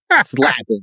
slapping